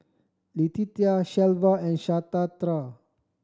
Letitia Shelva and Shatara